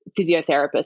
physiotherapist